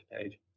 page